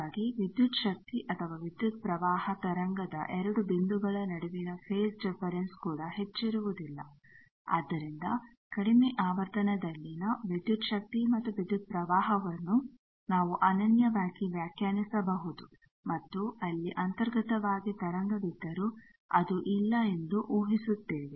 ಹಾಗಾಗಿ ವಿದ್ಯುತ್ ಶಕ್ತಿ ಅಥವಾ ವಿದ್ಯುತ್ ಪ್ರವಾಹ ತರಂಗದ 2 ಬಿಂದುಗಳ ನಡುವಿನ ಫೇಜ್ ಡಿಫರೆನ್ಸ್ ಕೂಡ ಹೆಚ್ಚಿರುವುದಿಲ್ಲ ಆದ್ದರಿಂದ ಕಡಿಮೆ ಆವರ್ತನದಲ್ಲಿನ ವಿದ್ಯುತ್ ಶಕ್ತಿ ಮತ್ತು ವಿದ್ಯುತ್ ಪ್ರವಾಹವನ್ನು ನಾವು ಅನನ್ಯವಾಗಿ ವ್ಯಾಖ್ಯಾನಿಸಬಹುದು ಮತ್ತು ಅಲ್ಲಿ ಅಂತರ್ಗತವಾಗಿ ತರಂಗವಿದ್ದರೂ ಅದು ಇಲ್ಲ ಎಂದು ಊಹಿಸುತ್ತೇವೆ